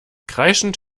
kreischend